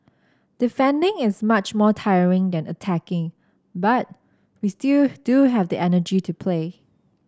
defending is much more tiring than attacking but we still do have the energy to play